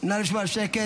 נא לשמור על שקט.